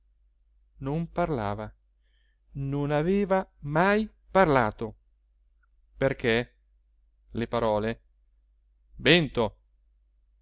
parlava non aveva mai parlato perché le parole vento